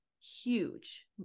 huge